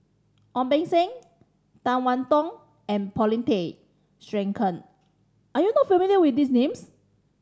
Ong Beng Seng Tan One Tong and Paulin Tay Straughan are you not familiar with these names